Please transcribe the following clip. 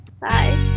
Bye